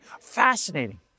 fascinating